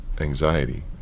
anxiety